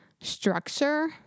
structure